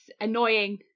annoying